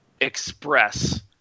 express